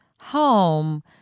home